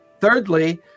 Thirdly